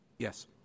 Yes